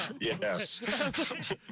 Yes